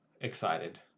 excited